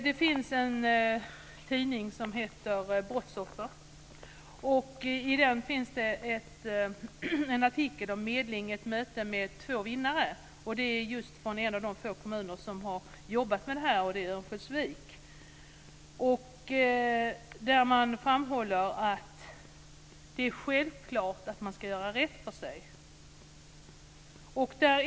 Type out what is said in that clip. Det finns en tidning som heter Brottsoffer. I den finns artikel om medling, ett möte med två vinnare. Det är just från en av de få kommuner som har jobbat med detta, Örnsköldsvik. Där framhåller man att det är självklart att man ska göra rätt för sig.